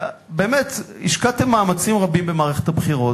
באמת, השקעתם מאמצים רבים במערכת הבחירות.